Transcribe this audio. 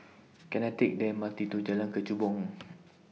Can I Take The M R T to Jalan Kechubong